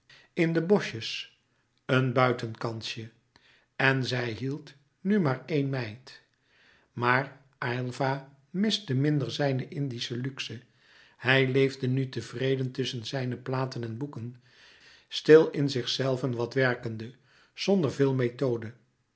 in de boschjes een buitenkansje en zij hield nu maar éen meid maar aylva miste minder zijne indische luxe hij leefde nu tevreden tusschen zijne platen en boeken stil in zichzelven wat werkende zonder veel methode